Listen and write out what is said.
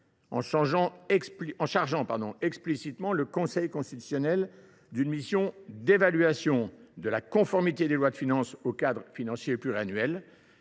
En chargeant explicitement le Conseil constitutionnel d’une mission d’évaluation de la conformité des lois de finances au cadre financier pluriannuel,